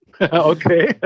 Okay